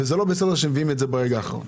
ולא בסדר שמביאים את זה ברגע האחרון.